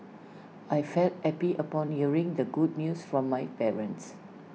I felt happy upon hearing the good news from my parents